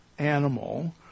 animal